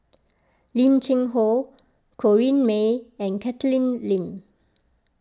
Lim Cheng Hoe Corrinne May and Catherine Lim